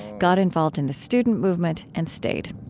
got involved in the student movement, and stayed.